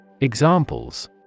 Examples